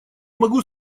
могу